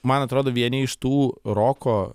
man atrodo vieni iš tų roko